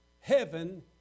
heaven